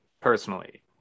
personally